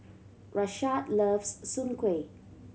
Rashaad loves soon kway